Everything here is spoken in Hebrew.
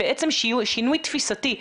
בעצם שינוי תפיסתי,